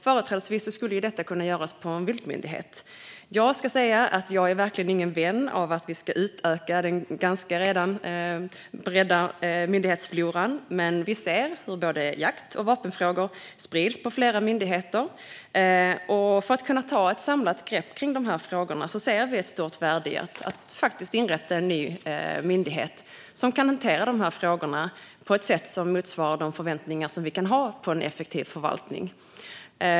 Företrädesvis skulle detta kunna göras på en viltmyndighet. Jag är verkligen ingen vän av att utöka den redan ganska breda myndighetsfloran. Men vi ser att både jakt och vapenfrågor sprids på flera myndigheter, och för att kunna ta ett samlat grepp ser vi ett stort värde i att inrätta en ny myndighet som kan hantera frågorna på ett sätt som motsvarar de förväntningar vi kan ha på en effektiv förvaltning.